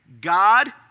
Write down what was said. God